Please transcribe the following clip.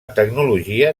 tecnologia